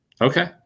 Okay